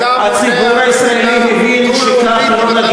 איך אתה מונע מדינה דו-לאומית אם אתה לא חוצה את ארץ-ישראל?